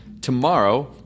Tomorrow